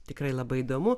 tikrai labai įdomu